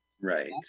Right